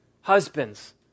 Husbands